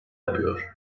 yapıyor